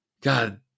God